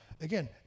again